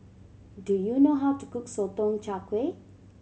do you know how to cook Sotong Char Kway